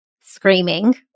screaming